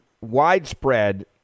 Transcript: widespread